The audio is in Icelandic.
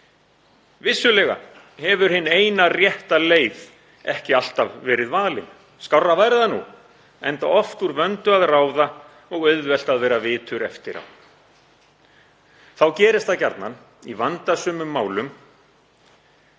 Vissulega hefur hin eina rétta leið ekki alltaf verið valin, skárra væri það nú, enda oft úr vöndu að ráða og auðvelt að vera vitur eftir á. Þá gerist það gjarnan í vandasömum málum